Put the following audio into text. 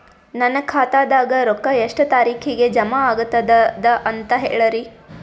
ನನ್ನ ಖಾತಾದಾಗ ರೊಕ್ಕ ಎಷ್ಟ ತಾರೀಖಿಗೆ ಜಮಾ ಆಗತದ ದ ಅಂತ ಹೇಳರಿ?